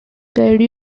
guide